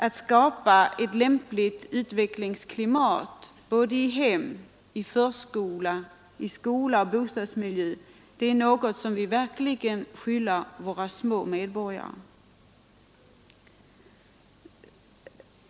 Att skapa ett lämpligt utvecklingsklimat i hem, i förskola, i skola och i bostadsmiljö är något som vi verkligen är skyldiga våra små medborgare.